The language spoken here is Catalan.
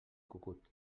cucut